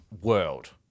world